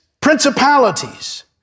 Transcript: principalities